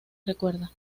recuerda